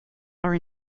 are